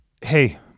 hey